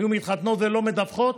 היו מתחתנות ולא מדווחות,